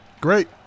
Great